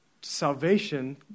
salvation